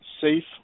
safe